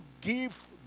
give